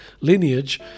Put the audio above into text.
lineage